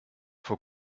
vor